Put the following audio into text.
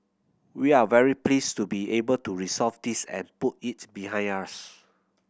we're very pleased to be able to resolve this and put it behind us